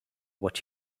what